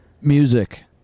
Music